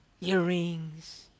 earrings